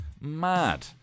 mad